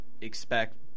expect